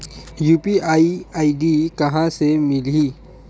UPI ID कहां ले मिलही?